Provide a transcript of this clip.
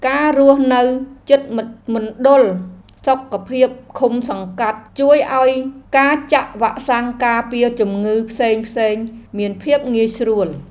ការរស់នៅជិតមណ្ឌលសុខភាពឃុំសង្កាត់ជួយឱ្យការចាក់វ៉ាក់សាំងការពារជំងឺផ្សេងៗមានភាពងាយស្រួល។